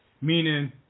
meaning